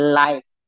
life